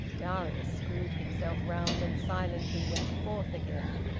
darius screwed himself round, and silently went forth again.